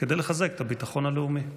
כדי לחזק את הביטחון הלאומי.